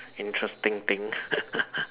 interesting thing